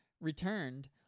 returned